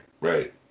right